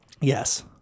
Yes